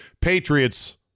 Patriots